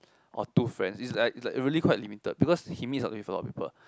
or two friends is like is like really quite limited because he missed out with a lot of people